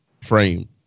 frame